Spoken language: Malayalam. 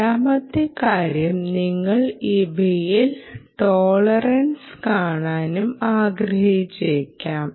രണ്ടാമത്തെ കാര്യം നിങ്ങൾ ഇവയിൽ ടോളറൻസ് കാണാനും ആഗ്രഹിച്ചേക്കാം